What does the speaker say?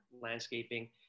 landscaping